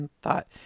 thought